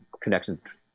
connections